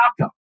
outcome